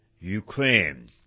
Ukraine